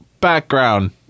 background